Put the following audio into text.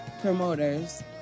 promoters